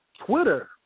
Twitter